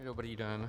Dobrý den.